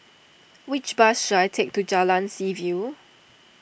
which bus should I take to Jalan Seaview